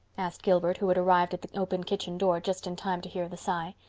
asked gilbert, who had arrived at the open kitchen door just in time to hear the sigh.